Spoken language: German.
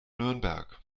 nürnberg